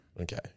Okay